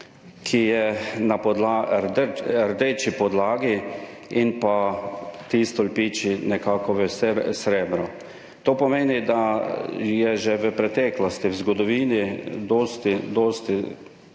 ki je na rdeči podlagi in stolpiči nekako v srebru. To pomeni, da je bil že v preteklosti, v zgodovini, dosti, dosti